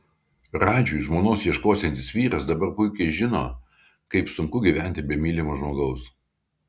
radžiui žmonos ieškosiantis vyras dabar puikiai žino kaip sunku gyventi be mylimo žmogaus